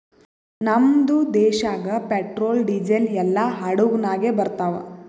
ನಮ್ದು ದೇಶಾಗ್ petrol, diesel ಎಲ್ಲಾ ಹಡುಗ್ ನಾಗೆ ಬರ್ತಾವ್